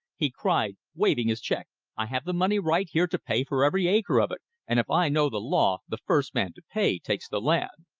he cried waving his check. i have the money right here to pay for every acre of it and if i know the law, the first man to pay takes the land.